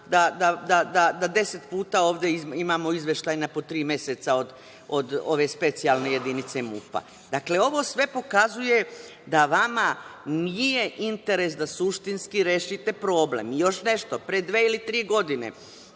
da deset puta ovde imamo izveštaj na po tri meseca od ove specijalne jedinice MUP-a. Dakle, ovo sve pokazuje da vama nije interes da suštinski rešite problem. Još nešto, pre dve ili tri godine